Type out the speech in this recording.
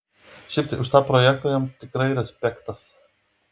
šiaip tai už tą projektą jam tikrai respektas